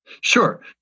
Sure